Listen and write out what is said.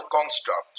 construct